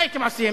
מה הייתם עושים?